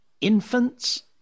infants